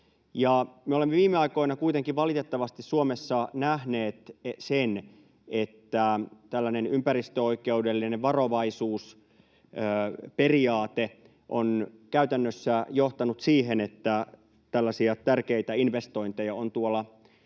Me olemme viime aikoina kuitenkin valitettavasti Suomessa nähneet sen, että tällainen ympäristöoikeudellinen varovaisuusperiaate on käytännössä johtanut siihen, että tällaisia tärkeitä investointeja on